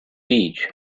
beach